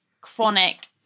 chronic